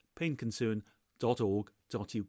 painconcern.org.uk